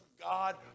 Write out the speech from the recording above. God